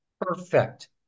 perfect